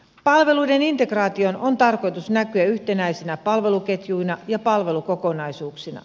palveluiden integraation on tarkoitus näkyä yhtenäisinä palveluketjuina ja palvelukokonaisuuksina